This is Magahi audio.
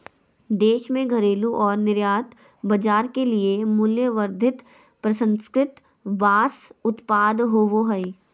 देश में घरेलू और निर्यात बाजार के लिए मूल्यवर्धित प्रसंस्कृत बांस उत्पाद होबो हइ